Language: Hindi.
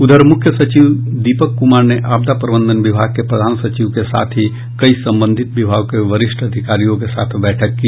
उधर मुख्य सचिव सचिव दीपक कुमार ने आपदा प्रबंधन विभाग के प्रधान सचिव के साथ ही कई संबंधित विभागों के वरिष्ठ अधिकारियों के साथ बैठक की